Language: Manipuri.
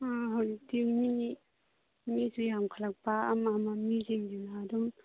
ꯑꯥ ꯍꯧꯖꯤꯛꯇꯤ ꯃꯤ ꯃꯤꯁꯨ ꯌꯥꯝꯈꯠꯂꯛꯄ ꯑꯃ ꯑꯃ ꯃꯤꯁꯤꯡꯁꯤꯅ ꯑꯗꯨꯝ